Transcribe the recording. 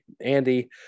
Andy